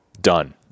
done